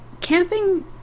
camping